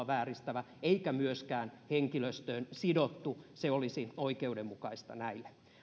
vääristävä eikä myöskään henkilöstöön sidottu se olisi oikeudenmukaista näille